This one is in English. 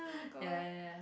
ya ya ya